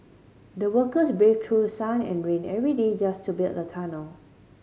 the workers braved through sun and rain every day just to build the tunnel